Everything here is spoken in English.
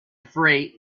freight